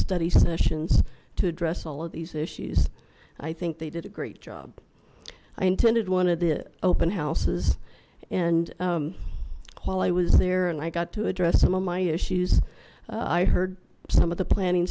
study sessions to address all of these issues i think they did a great job i intended one of the open houses and while i was there and i got to address some of my issues i heard some of the planning